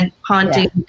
haunting